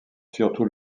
surtout